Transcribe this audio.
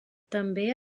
també